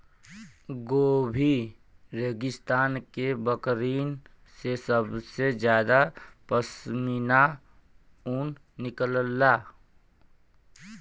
Gobi रेगिस्तान के बकरिन से सबसे जादा पश्मीना ऊन निकलला